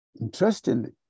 Interestingly